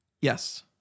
Yes